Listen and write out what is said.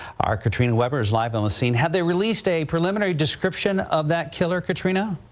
our katrina webber is live on the scene. have they released a preliminary description of that killer, katrina?